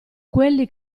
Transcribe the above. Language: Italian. quelli